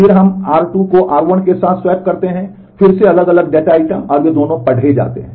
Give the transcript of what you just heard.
फिर हम r 2 को r 1 के साथ स्वैप करते हैं फिर से अलग अलग डेटा आइटम और वे दोनों पढ़े जाते हैं